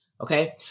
okay